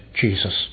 Jesus